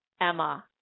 Emma